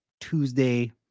Tuesday